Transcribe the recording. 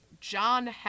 John